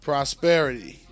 Prosperity